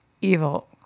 evil